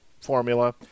formula